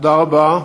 תודה רבה.